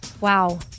Wow